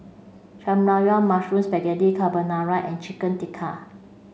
Saengmyeon Mushroom Spaghetti Carbonara and Chicken Tikka